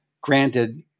Granted